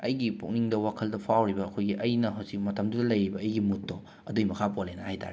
ꯑꯩꯒꯤ ꯄꯨꯛꯅꯤꯡꯗ ꯋꯥꯈꯜꯗ ꯐꯥꯎꯔꯤꯕ ꯑꯩꯈꯣꯏꯒꯤ ꯑꯩꯅ ꯍꯧꯖꯤꯛ ꯃꯇꯝꯗꯨꯗ ꯂꯩꯔꯤꯕ ꯑꯩꯒꯤ ꯃꯨꯠꯇꯣ ꯑꯗꯨꯒꯤ ꯃꯈꯥ ꯄꯣꯜꯂꯦꯅ ꯍꯥꯏ ꯇꯥꯔꯦ